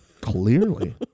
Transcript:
clearly